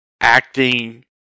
acting